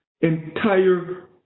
entire